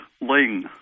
Ling